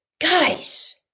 guys